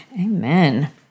Amen